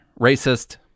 racist